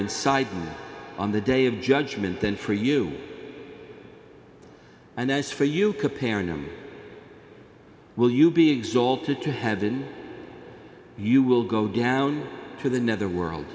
inside on the day of judgment than for you and as for you comparing them will you be exalted to heaven you will go down to the nether world